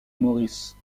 maurice